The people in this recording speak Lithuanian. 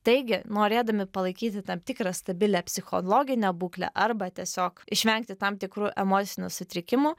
taigi norėdami palaikyti tam tikrą stabilią psichologinę būklę arba tiesiog išvengti tam tikrų emocinių sutrikimų